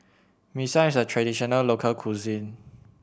Mee Siam is a traditional local cuisine